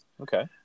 Okay